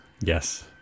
Yes